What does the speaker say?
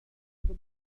totes